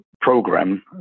program